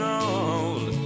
old